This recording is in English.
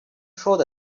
through